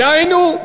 דהיינו,